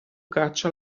caccia